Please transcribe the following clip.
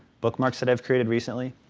bookmarks that i have created recently.